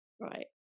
Right